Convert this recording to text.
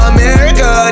America